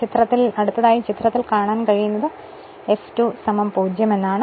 ആയതിനാൽ ചിത്രത്തിൽ കാണാൻ കഴിയുന്നത് F20 എന്നാണ്